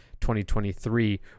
2023